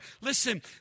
Listen